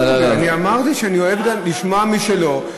אמרתי שאני אוהב גם לשמוע משלו,